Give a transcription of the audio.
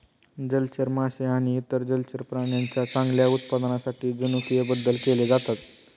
जलचर मासे आणि इतर जलचर प्राण्यांच्या चांगल्या उत्पादनासाठी जनुकीय बदल केले जातात